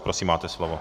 Prosím, máte slovo.